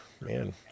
man